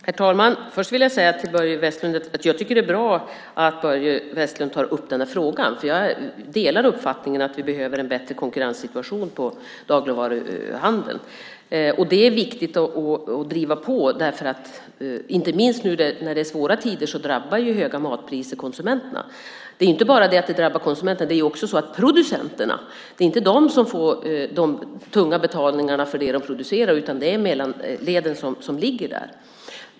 Herr talman! Först vill jag säga till Börje Vestlund att jag tycker att det är bra att han tar upp den här frågan. Jag delar uppfattningen att vi behöver en bättre konkurrenssituation för dagligvaruhandeln. Det är viktigt att driva på, därför att inte minst när det är svåra tider drabbar höga matpriser konsumenterna. Det drabbar inte bara konsumenterna, utan också producenterna, som inte får de tunga betalningarna för det de producerar, utan det får mellanleden som ligger där.